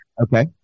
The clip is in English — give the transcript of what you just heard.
okay